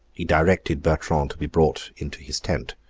he directed bertrand to be brought into his tent.